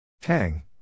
Tang